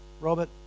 Robert